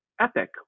epic